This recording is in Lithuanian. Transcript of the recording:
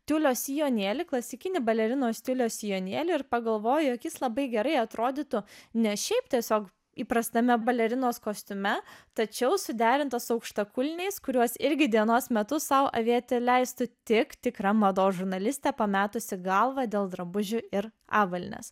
tiulio sijonėlį klasikinį balerinos stiliaus sijonėlį ir pagalvojo jog jis labai gerai atrodytų ne šiaip tiesiog įprastame balerinos kostiume tačiau suderintas aukštakulniais kuriuos irgi dienos metu sau avėti leisti tik tikra mados žurnalistė pametusi galvą dėl drabužių ir avalynės